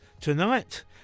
tonight